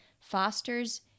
fosters